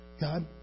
God